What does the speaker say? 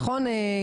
נכון?